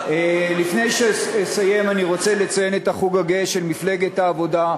לפני שאסיים אני רוצה לציין את החוג הגאה של מפלגת העבודה,